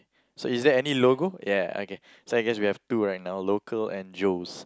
so is there any logo ya okay so I guess we have two right now local and Joe's